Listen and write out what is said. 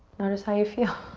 notice how you feel.